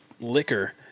liquor